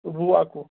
وُہ اَکوُہ